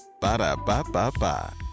Ba-da-ba-ba-ba